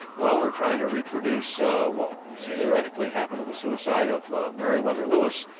well, we're trying to reproduce what theoretically happened to the suicide of meriwether lewis.